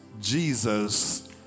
Jesus